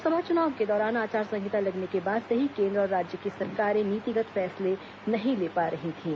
लोकसभा चुनाव के दौरान आचार संहिता लगने के बाद से ही केन्द्र और राज्य की सरकारें नीतिगत फैसले नहीं ले पा रही थीं